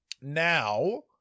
Now